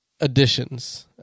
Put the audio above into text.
additions